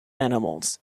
animals